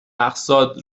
اقساط